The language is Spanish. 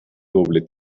doble